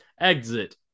exit